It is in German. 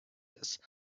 des